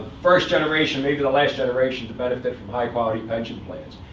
first generation, maybe the last generation, to benefit from high-quality pension plans.